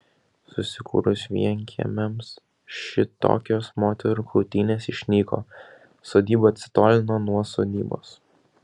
susikūrus vienkiemiams šitokios moterų kautynės išnyko sodyba atsitolino nuo sodybos